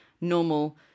normal